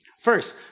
First